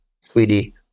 Sweetie